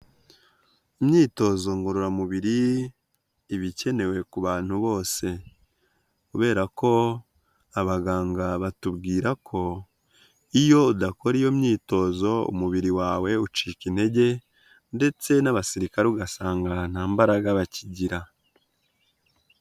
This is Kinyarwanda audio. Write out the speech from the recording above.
Imyitozo ngororamubiri ibakenewe ku bantu bose kubera ko abaganga batubwira ko iyo udakora iyo myitozo umubiri wawe ucika intege ndetse n'abasirikare ugasanga nta mbaraga bakigira.